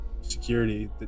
security